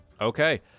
Okay